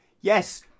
yes